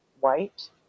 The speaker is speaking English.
white